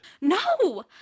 No